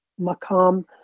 Makam